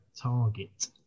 target